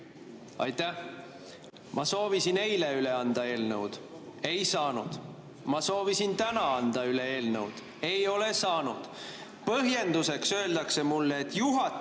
Aitäh! Ma soovisin eile üle anda eelnõu, ei saanud. Ma soovisin täna anda üle eelnõu, ei ole saanud. Põhjenduseks öeldakse mulle, et juhatus